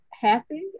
happy